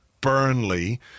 Burnley